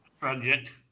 project